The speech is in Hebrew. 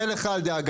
אני מודה לך על דאגתך.